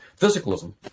physicalism